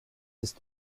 ist